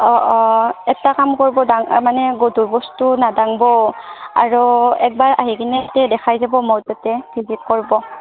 অঁ অঁ এটা কাম কৰিব মানে গধুৰ বস্তু নাডাংব আৰু একবাৰ আহি কিনে এতিয়া দেখাই যাব মই তাতে ভিজিট কৰিব